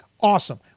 awesome